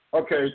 Okay